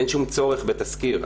אין שום צורך בתסקיר,